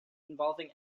involving